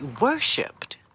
worshipped